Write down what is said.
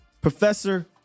Professor